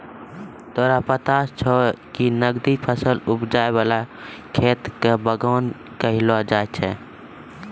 तोरा पता छौं कि नकदी फसल उपजाय वाला खेत कॅ बागान कहलो जाय छै